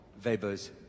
Weber's